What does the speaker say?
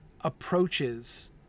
approaches